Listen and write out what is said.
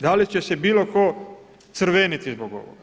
Da li će se bilo tko crveniti zbog ovoga?